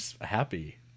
happy